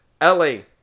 Ellie